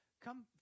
come